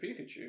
pikachu